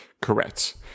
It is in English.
Correct